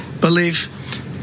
belief